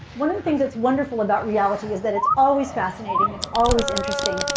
one of the things that's wonderful about reality is that it's always fascinating, it's always interesting,